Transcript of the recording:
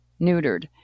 neutered